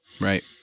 Right